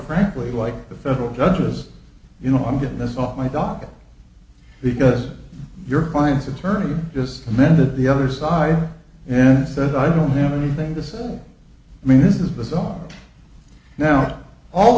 frankly like the federal judges you know i'm getting this off my dog because your clients attorney just amended the other side and then said i don't have anything to say i mean this is bizarre now all